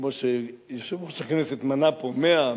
כמו שיושב-ראש הכנסת מנה פה 100,